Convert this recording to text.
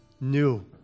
new